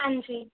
ਹਾਂਜੀ